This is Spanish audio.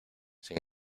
sin